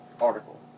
article